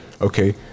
Okay